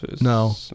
No